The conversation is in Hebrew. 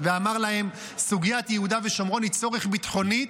ואמר להם: סוגיית יהודה ושומרון היא צורך ביטחוני,